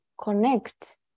connect